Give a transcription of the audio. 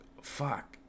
fuck